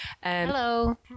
Hello